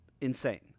insane